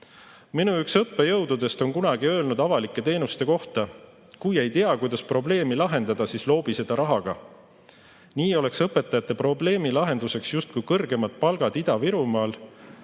minu õppejõududest on kunagi öelnud avalike teenuste kohta: "Kui ei tea, kuidas probleemi lahendada, siis loobi seda rahaga." Nii oleks õpetajate probleemi lahenduseks justkui kõrgemad palgad Ida-Virumaal.